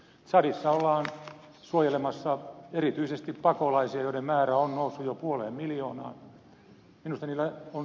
tsadissa ollaan suojelemassa erityisesti pakolaisia joiden määrä on noussut jo puoleen miljoonaan